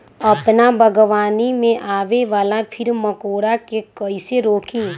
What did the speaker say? अपना बागवानी में आबे वाला किरा मकोरा के कईसे रोकी?